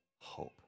hope